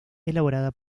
elaborada